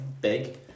Big